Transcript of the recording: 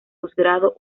posgrado